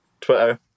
Twitter